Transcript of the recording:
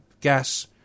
gas